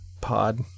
pod